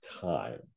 time